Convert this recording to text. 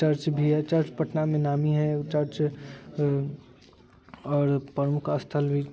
चर्च भी है चर्च पटनामे नामी है ओ चर्च आओर प्रमुख स्थल भी